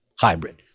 hybrid